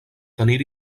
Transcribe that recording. tenir